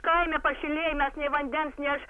kaime pašilėj mes nei vandens nei aš